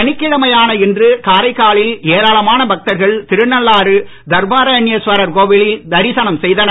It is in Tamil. சனிக்கிழமையான இன்று காரைக்காலில் ஏராளமான பக்தர்கள் திருநள்ளாறு தர்பாரண்யேஸ்வரர் கோவிலில் தரிசனம் செய்தனர்